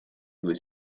due